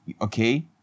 okay